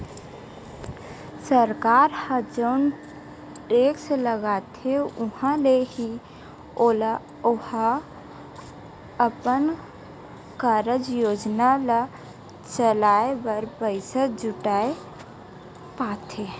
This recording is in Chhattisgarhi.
सरकार ह जउन टेक्स लगाथे उहाँ ले ही ओहा अपन कारज योजना ल चलाय बर पइसा जुटाय पाथे